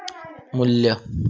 मू्ल्य